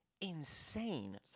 insane